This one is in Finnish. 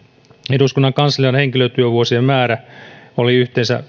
eduskunnan kanslian henkilötyövuosien määrä oli yhteensä